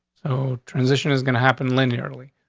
so transition is gonna happen linearly.